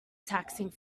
taxing